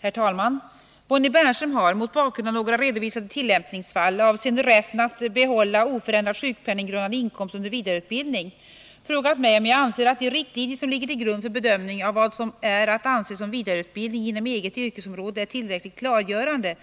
Herr talman! Bonnie Bernström har — mot bakgrund av några redovisade tillämpningsfall avseende rätten att behålla oförändrad sjukpenninggrundande inkomst under vidareutbildning — frågat mig om jag anser att de riktlinjer, som ligger till grund för bedömning av vad som är att anse som vidareutbildning inom eget yrkesområde, är tillräckligt klargörande